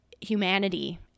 humanity